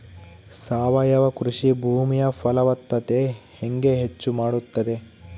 ಸಾವಯವ ಕೃಷಿ ಭೂಮಿಯ ಫಲವತ್ತತೆ ಹೆಂಗೆ ಹೆಚ್ಚು ಮಾಡುತ್ತದೆ?